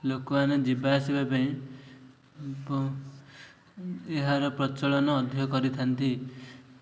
ଲୋକମାନେ ଯିବା ଆସିବା ପାଇଁ ଏହାର ପ୍ରଚଳନ ଅଧିକ କରିଥାନ୍ତି